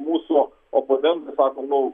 mūsų oponentai sako nu